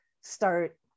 start